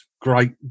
great